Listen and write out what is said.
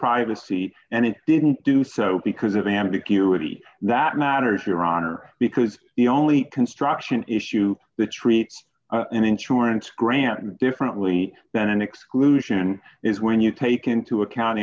privacy and it didn't do so because of ambiguity that matters your honor because the only construction issue that treats an insurance grant differently than an exclusion is when you take into account